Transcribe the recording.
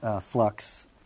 flux